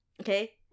okay